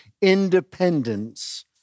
independence